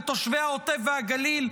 לתושבי העוטף והגליל,